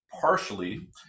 Partially